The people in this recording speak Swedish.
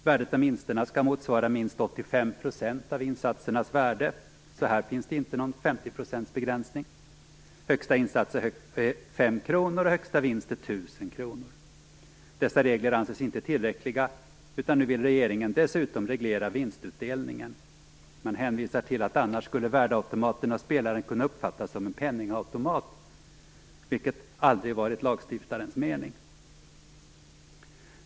Värdet av vinsterna skall motsvara minst 85 % av insatsernas värde. Här finns det minsann inte någon Dessa regler anses inte tillräckliga, utan nu vill regeringen dessutom reglera vinstutdelningen. Man hänvisar till att värdeautomaten annars av spelaren skulle kunna uppfattas som en penningautomat, vilket aldrig varit lagstiftarens mening.